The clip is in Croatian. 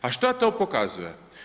A što to pokazuje?